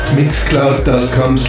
mixcloud.com